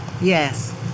Yes